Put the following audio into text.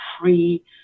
free